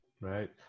Right